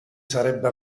sarebbe